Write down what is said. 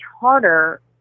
harder